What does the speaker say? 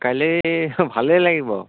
কাইলৈ ভালেই লাগিব